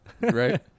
Right